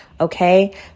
okay